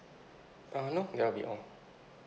uh no that'll be all